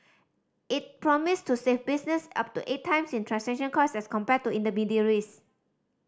it promise to save business up to eight times in transaction cost as compared to intermediaries